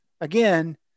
again